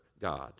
God